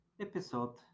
episode